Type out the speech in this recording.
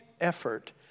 effort